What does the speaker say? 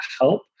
help